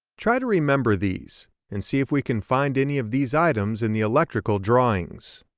try to remember these and see if we can find any of these items in the electrical drawings.